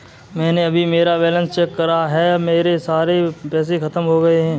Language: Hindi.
मैंने अभी मेरा बैलन्स चेक करा है, मेरे सारे पैसे खत्म हो गए हैं